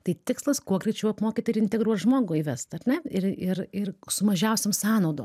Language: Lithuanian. tai tikslas kuo greičiau apmokyt ir integruot žmogų įvest ar ne ir ir ir su mažiausiom sąnaudom